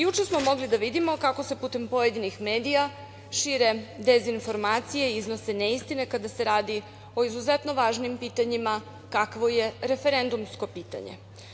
Juče smo mogli da vidimo kako se putem pojedinih medija šire dezinformacije i iznose neistine kada se radi o izuzetno važnim pitanjima, kakvo je referendumsko pitanje.